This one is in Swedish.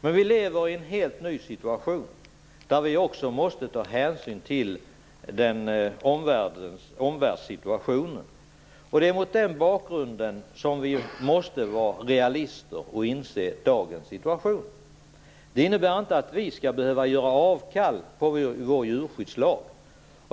Men vi lever i en helt ny situation där vi också måste ta hänsyn till situationen i vår omvärld. Det är mot den bakgrunden som vi måste vara realister och inse dagens situation. Det innebär inte att vi skall behöva göra avkall på vår djurskyddslag.